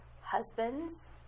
Husbands